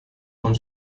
con